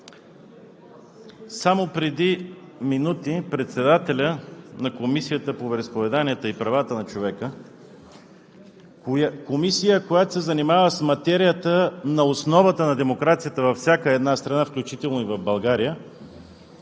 Само преди минути председателят на Комисията по вероизповеданията и правата на човека – комисия, която се занимава с материята на основата на демокрацията във всяка една страна, включително и в България,